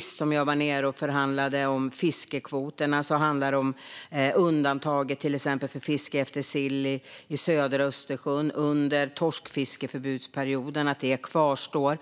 Senast jag var nere och förhandlade om fiskekvoterna handlade det om att undantaget för fiske efter sill i södra Östersjön under torskfiskeförbudsperioden kvarstår.